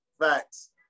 facts